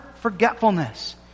forgetfulness